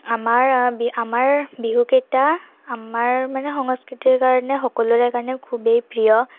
আমাৰ আমাৰ বিহু কেইটা আমাৰ মানে সংস্কৃতিৰ কাৰণে সকলোৰে কাৰণে খুবেই প্ৰিয়